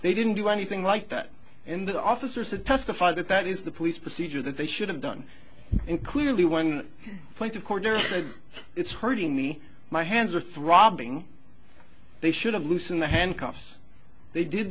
they didn't do anything like that in the officers to testify that that is the police procedure that they should have done and clearly one point the corner said it's hurting me my hands are throbbing they should have loosened the handcuffs they did